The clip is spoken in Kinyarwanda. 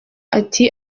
ati